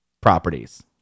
properties